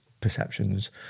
perceptions